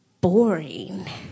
boring